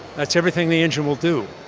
that's everything the engine will do.